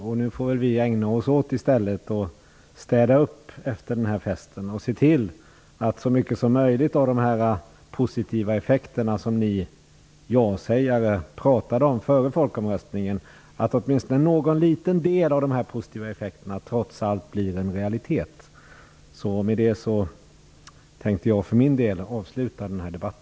Nu får vi väl i stället ägna oss åt att städa upp efter festen och se till att så mycket som möjligt av de positiva effekter som ni ja-sägare talade om före folkomröstningen trots allt blir en realitet, åtminstone vad gäller en liten del av dem. Med det tänkte jag för min del avsluta denna debatt.